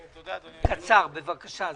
קצר, בבקשה.